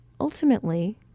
Ultimately